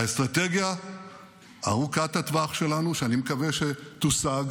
האסטרטגיה ארוכת הטווח שלנו, שאני מקווה שתושג